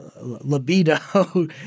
libido